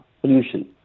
pollution